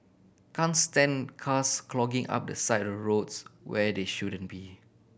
can't stand cars clogging up the side of roads where they shouldn't be